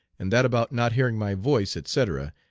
and that about not hearing my voice, etc,